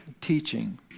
teaching